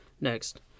Next